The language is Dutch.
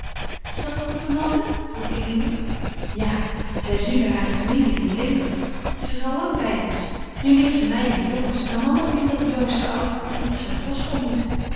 is dat de gouvernante vroeg eline ja zij is nu bij hare familie in limburg ze is al lang bij ons nu leert ze mij en de jongens maar mama vindt dat de jongens te oud worden en dat ze naar kostschool moeten